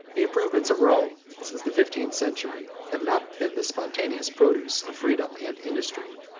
the improvements of rome, since the fifteenth century, have not been the spontaneous produce of freedom and industry.